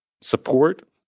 support